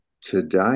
Today